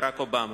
ברק אובמה.